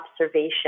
observation